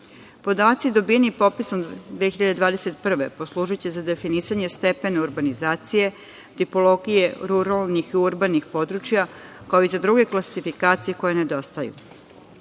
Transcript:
dobijeni popisom 2021. godine poslužiće za definisanje stepena urbanizacije, tipologije ruralnih i urbanih područja, kao i za druge klasifikacije koje nedostaju.